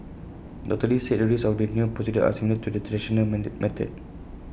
doctor lee said the risks of the new procedure are similar to the traditional method